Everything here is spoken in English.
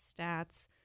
stats